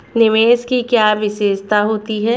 निवेश की क्या विशेषता होती है?